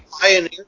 Pioneer